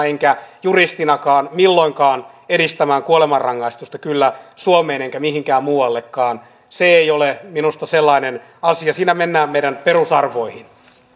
enkä juristinakaan milloinkaan edistämään kuolemanrangaistusta suomeen enkä mihinkään muuallekaan se ei ole minusta sellainen asia siinä mennään meidän perusarvoihimme